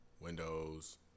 Windows